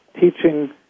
teaching